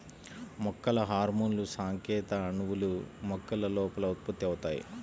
మొక్కల హార్మోన్లుసంకేత అణువులు, మొక్కల లోపల ఉత్పత్తి అవుతాయి